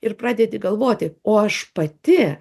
ir pradedi galvoti o aš pati